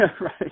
Right